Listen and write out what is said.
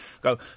go